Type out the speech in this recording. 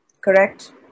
Correct